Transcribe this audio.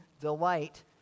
delight